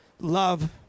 love